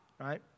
right